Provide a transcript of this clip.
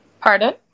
Pardon